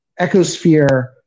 ecosphere